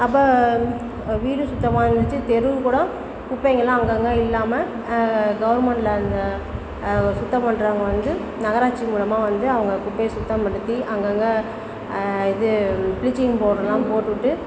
அப்போ வீடு சுத்தமாக இருந்துச்சு தெருவும் கூட குப்பைங்கள் எல்லாம் அங்கங்கே இல்லாமல் கவுர்மெண்ட்டில் அதை சுத்தம் பண்றவங்க வந்து நகராட்சி மூலமாக வந்து அவங்க குப்பையை சுத்தப்படுத்தி அங்கங்கே இது பிளீச்சிங் பௌடர்லாம் போட்டுவிட்டு